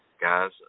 guys